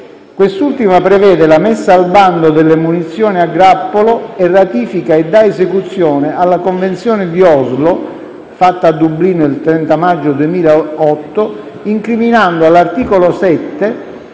Quest'ultima prevede la messa al bando delle *munizioni a grappolo* e ratifica e dà esecuzione alla Convenzione di Oslo (fatta a Dublino il 30 maggio 2008), incriminando all'articolo 7